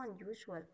unusual